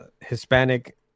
hispanic